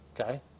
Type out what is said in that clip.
Okay